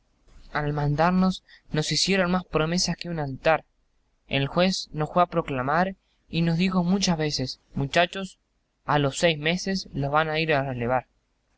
al mandarnos nos hicieron más promesas que a un altar el juez nos jue a proclamar y nos dijo muchas veces muchachos a los seis meses los van a ir a relevar